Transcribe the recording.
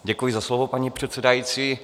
Děkuji za slovo, paní předsedající.